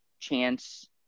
chance